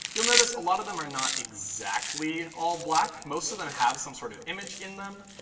you'll notice a lot of them are not exactly all black. most of them have some sort of image in them.